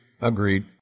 Agreed